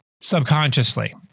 subconsciously